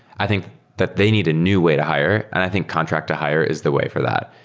i think that they need a new way to hire, and i think contract to hire is the way for that.